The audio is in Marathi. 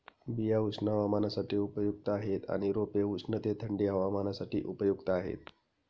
बिया उष्ण हवामानासाठी उपयुक्त आहेत आणि रोपे उष्ण ते थंडी हवामानासाठी उपयुक्त आहेत